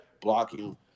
blocking